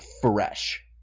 fresh